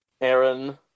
Aaron